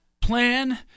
plan